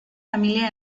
familia